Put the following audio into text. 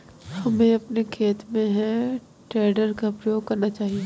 हमें अपने खेतों में हे टेडर का प्रयोग करना चाहिए